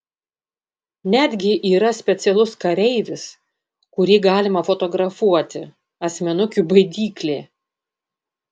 netgi yra specialus kareivis kurį galima fotografuoti asmenukių baidyklė